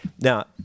now